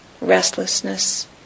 restlessness